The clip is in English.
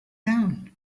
down